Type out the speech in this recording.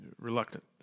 Reluctant